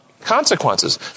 consequences